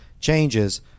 changes